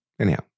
Anyhow